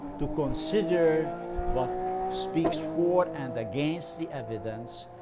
to consider what speaks for and against the evidence,